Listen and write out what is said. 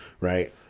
right